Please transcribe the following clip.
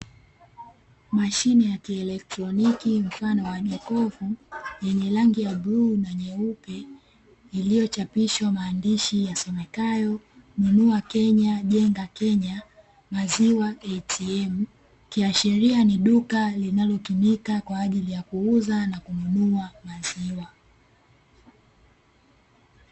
Mashine ya kieletroniki mfano wa jokofu, yenye rangi ya bluu na nyeupe, iliyochapishwa maandishi yasomekayo "Nunua Kenya Jenga Kenya Maziwa ATM", ikiashiria ni duka linalotumika kwa ajili ya kuuza na kununua maziwa.